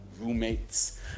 roommates